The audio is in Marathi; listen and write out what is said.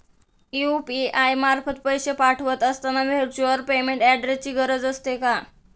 यु.पी.आय मार्फत पैसे पाठवत असताना व्हर्च्युअल पेमेंट ऍड्रेसची गरज असते का?